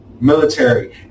military